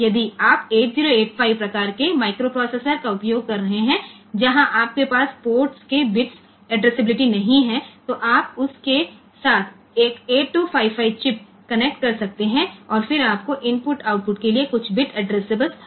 તેથી જો આપણે 8085 પ્રકારના માઇક્રોપ્રોસેસર નો ઉપયોગ કરી રહ્યાં હોઈએ તો કહો કે જ્યાં આપણી પાસે પોર્ટ ની બીટ એડ્રેસેબિલિટી નથી તેથી આપણે તેની સાથે એક 8255 ચિપ ને કનેક્ટ કરી શકીએ છીએ અને પછી આપણને ઇનપુટ આઉટપુટ માટે કેટલાક બીટ એડ્રેસેબલ સ્થાનો મળશે